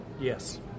Yes